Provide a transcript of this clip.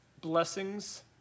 blessings